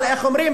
אבל איך אומרים?